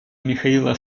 михаила